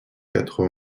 quatre